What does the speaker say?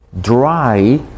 Dry